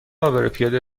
عابرپیاده